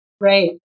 Right